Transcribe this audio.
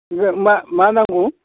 मा मा नांगौ